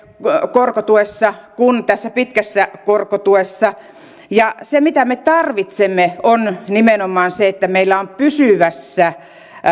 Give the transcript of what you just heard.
korkotuessa kuin tässä pitkässä korkotuessa se mitä me tarvitsemme on nimenomaan se että meillä on pysyvässä